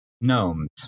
gnomes